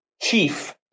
chief